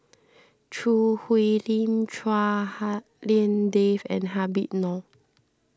Choo Hwee Lim Chua Hak Lien Dave and Habib Noh